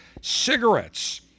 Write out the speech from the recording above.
Cigarettes